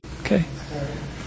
Okay